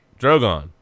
drogon